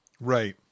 right